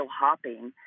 hopping